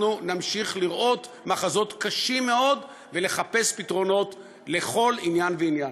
אנחנו נמשיך לראות מחזות קשים מאוד ולחפש פתרונות לכל עניין ועניין.